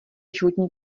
životní